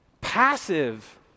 passive